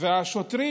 והשוטרים